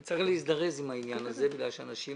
צריך להזדרז עם העניין הזה כי בינתיים